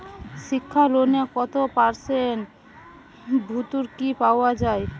শিক্ষা লোনে কত পার্সেন্ট ভূর্তুকি পাওয়া য়ায়?